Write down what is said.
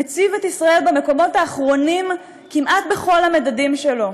מציב את ישראל במקומות האחרונים כמעט בכל המדדים שלו: